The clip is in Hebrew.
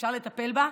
ואפשר לטפל בה.